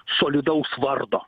solidaus vardo